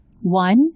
one